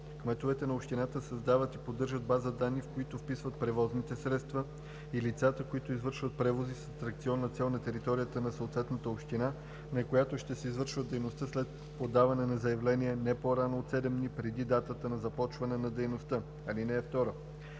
Кметовете на общини създават и поддържат база данни, в която вписват превозните средства и лицата, които извършват превози с атракционна цел на територията на съответната община, на която ще се извършва дейността след подаване на заявление, не по-рано от 7 дни преди датата на започване на дейността. (2)